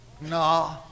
No